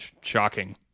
shocking